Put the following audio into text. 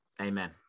Amen